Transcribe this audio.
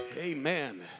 Amen